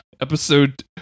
episode